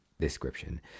description